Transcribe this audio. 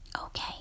Okay